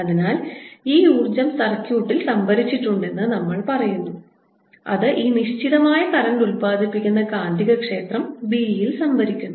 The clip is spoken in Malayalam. അതിനാൽ ഈ ഊർജ്ജം സർക്യൂട്ടിൽ സംഭരിച്ചിട്ടുണ്ടെന്ന് നമ്മൾ പറയുന്നു അത് ഈ നിശ്ചിതമായ കറൻറ് ഉല്പാദിപ്പിക്കുന്ന കാന്തികക്ഷേത്രം B യിൽ സംഭരിക്കുന്നു